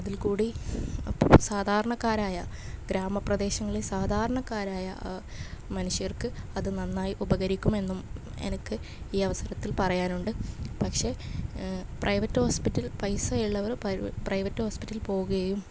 അതിൽക്കൂടി സാധാരണക്കാരായ ഗ്രാമപ്രദേശങ്ങളിൽ സാധാരണക്കാരായ മനുഷ്യർക്ക് അത് നന്നായി ഉപകരിക്കുമെന്നും എനിക്ക് ഈ അവസരത്തിൽ പറയാനുണ്ട് പക്ഷേ പ്രൈവറ്റോസ്പിറ്റൽ പൈസയുള്ളവർ പൈവ് പ്രൈവറ്റോസ്പിറ്റൽ പോകയും